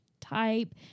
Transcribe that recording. type